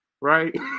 right